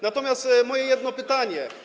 Natomiast mam jedno pytanie.